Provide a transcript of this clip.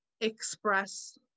express